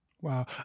Wow